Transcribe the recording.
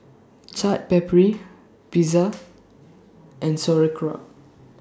Chaat Papri Pizza and Sauerkraut